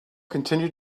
continued